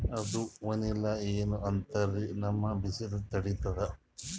ಅದು ವನಿಲಾ ಏನೋ ಅಂತಾರಲ್ರೀ, ನಮ್ ಬಿಸಿಲ ತಡೀತದಾ?